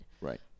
right